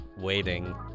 waiting